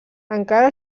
encara